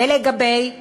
ולגבי ה-MRI,